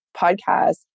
podcast